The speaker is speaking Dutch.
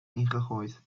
ingegooid